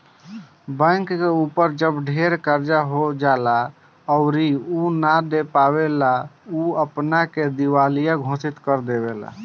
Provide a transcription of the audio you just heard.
bank के ऊपर जब ढेर कर्जा हो जाएला अउरी उ ना दे पाएला त उ अपना के दिवालिया घोषित कर देवेला